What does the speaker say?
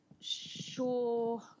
sure